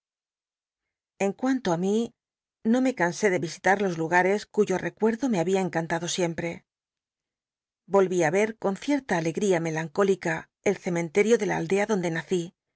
en cuanto á mi no me ca ll é de yi il h los lugares cuyo recuerdo me babia encantado siempre volr i á y er con cierta alegría melancól ica el ccmentel'io de la aldea donde nací